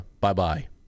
bye-bye